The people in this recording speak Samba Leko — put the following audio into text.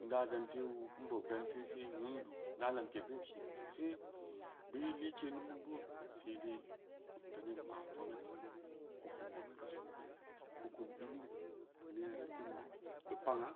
Inda gante wuu in bob gante sen wundu inda lamke keun kini se beu i like numu geu sedai veneb ma gomnatiru o kum gonati sona o kum i ning keu nena da kundeu keu kpang aa